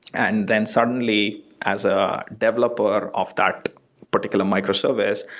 and then suddenly, as a developer of that particular micro-service,